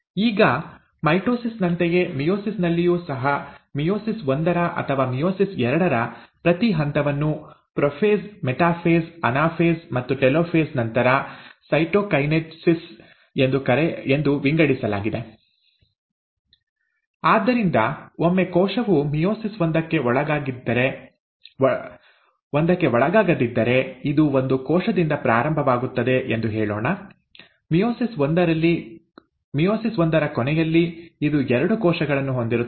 ಈಗ ಮೈಟೋಸಿಸ್ ನಂತೆಯೇ ಮಿಯೋಸಿಸ್ ನಲ್ಲಿಯೂ ಸಹ ಮಿಯೋಸಿಸ್ ಒಂದರ ಅಥವಾ ಮಿಯೋಸಿಸ್ ಎರಡರ ಪ್ರತಿ ಹಂತವನ್ನು ಪ್ರೊಫೇಸ್ ಮೆಟಾಫೇಸ್ ಅನಾಫೇಸ್ ಮತ್ತು ಟೆಲೋಫೇಸ್ ನಂತರ ಸೈಟೊಕೈನೆಸಿಸ್ ಒಂದು ಎಂದು ವಿಂಗಡಿಸಲಾಗಿದೆ ಆದ್ದರಿಂದ ಒಮ್ಮೆ ಕೋಶವು ಮಿಯೋಸಿಸ್ ಒಂದಕ್ಕೆ ಒಳಗಾಗಿದ್ದರೆ ಇದು ಒಂದು ಕೋಶದಿಂದ ಪ್ರಾರಂಭವಾಗುತ್ತದೆ ಎಂದು ಹೇಳೋಣ ಮಿಯೋಸಿಸ್ ಒಂದರ ಕೊನೆಯಲ್ಲಿ ಇದು ಎರಡು ಕೋಶಗಳನ್ನು ಹೊಂದಿರುತ್ತದೆ